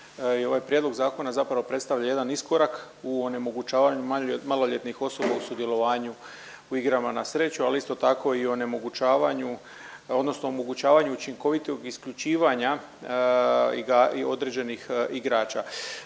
ovaj prijedlog zakona zapravo predstavlja jedan iskorak u onemogućavanju maloljetnih osoba u sudjelovanju u igrama na sreću ali isto tako i onemogućavanju odnosno omogućavanju učinkovitog isključivanja određenih igrača.